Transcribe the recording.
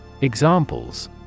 Examples